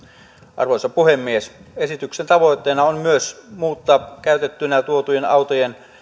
arvoisa puhemies esityksen tavoitteena on myös muuttaa käytettyinä tuotujen autojen